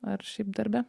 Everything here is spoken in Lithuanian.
ar šiaip darbe